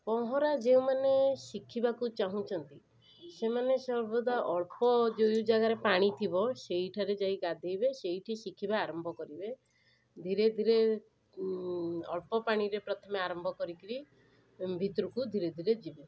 ପହଁରା ଯେଉଁମାନେ ଶିଖିବାକୁ ଚାହୁଁଛନ୍ତି ସେମାନେ ସର୍ବଦା ଅଳ୍ପ ଯେଉଁ ଜାଗାରେ ପାଣିଥିବ ସେଇଠାରେ ଯାଇ ଗାଧୋଇବେ ସେଇଠି ଶିଖିବା ଆରମ୍ଭ କରିବେ ଧୀରେ ଧୀରେ ଅଳ୍ପ ପାଣିରେ ପ୍ରଥମେ ଆରମ୍ଭ କରି କରି ଭିତରକୁ ଧୀରେ ଧୀରେ ଯିବେ